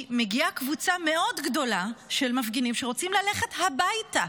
מגיעה קבוצה מאוד גדולה של מפגינים שרוצים ללכת הביתה,